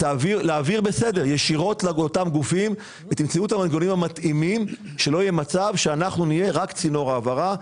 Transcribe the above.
תמצאו את המנגנונים המתאימים כדי שלא נהיה רק צינור העברה.